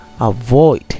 Avoid